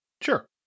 Sure